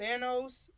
Thanos